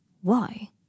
Why